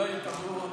אולי יקבלו,